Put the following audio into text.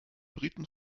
briten